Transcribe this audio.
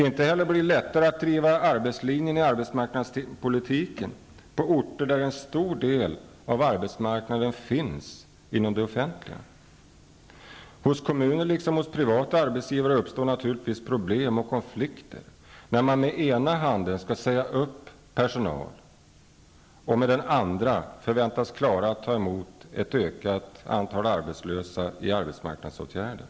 Inte heller blir det lättare att driva arbetslinjen i arbetsmarknadspolitiken på orter där en stor del av arbetsmarknaden återfinns inom det offentliga. Hos kommuner, liksom hos privata arbetsgivare, uppstår naturligtvis problem och konflikter när man med den ena handen skall säga upp personal och med den andra förväntas klara att ta emot ett ökat antal arbetslösa i arbetsmarknadsåtgärder.